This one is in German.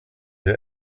der